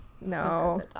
No